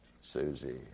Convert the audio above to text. Susie